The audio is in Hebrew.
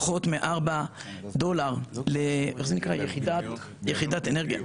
פחות מארבעה דולר ליחידת אנרגיה,